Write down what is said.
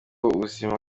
ubuzima